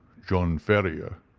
john ferrier,